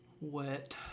wet